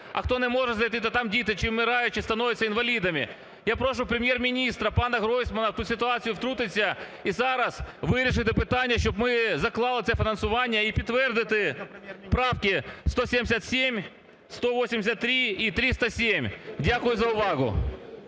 А хто не може знайти, то там діти чи вмирають, чи стають інвалідами. Я прошу Прем'єр-міністра пана Гройсмана в ту ситуацію втрутитись і зараз вирішити питання, щоб ми заклали це фінансування. І підтвердити правки 177, 183 і 307. Дякую за увагу.